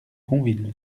gonville